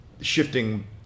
shifting